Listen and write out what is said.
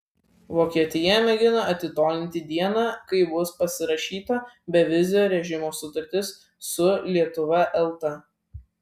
vokietija mėgina atitolinti dieną kai bus pasirašyta bevizio režimo sutartis su lietuva elta